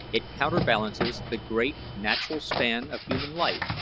it counterbalances the great natural span of human life,